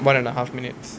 one and a half minutes